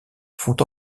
font